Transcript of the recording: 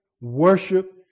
worship